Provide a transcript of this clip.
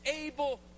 able